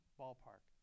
ballpark